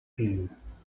fields